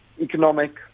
economic